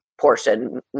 portion